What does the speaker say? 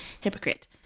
hypocrite